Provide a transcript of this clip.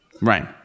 Right